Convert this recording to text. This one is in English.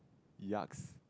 yuks